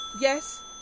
Yes